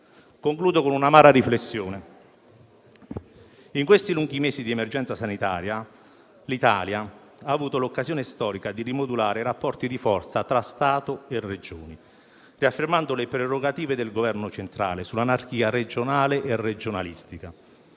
Concludo con un'amara riflessione: in questi lunghi mesi di emergenza sanitaria l'Italia ha avuto l'occasione storica di rimodulare i rapporti di forza tra Stato e Regioni, riaffermando le prerogative del Governo centrale sull'anarchia regionale e regionalistica.